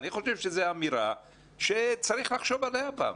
אני חושב שזו אמירה שצריך לחשוב עליה פעמיים.